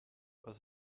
was